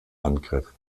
angriff